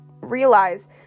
realize